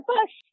Bush